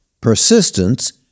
Persistence